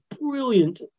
brilliant